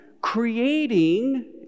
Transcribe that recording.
creating